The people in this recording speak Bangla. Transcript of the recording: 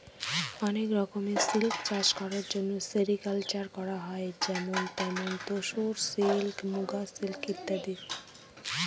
অনেক রকমের সিল্ক চাষ করার জন্য সেরিকালকালচার করা হয় যেমন তোসর সিল্ক, মুগা সিল্ক ইত্যাদি